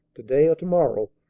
to-day or to-morrow,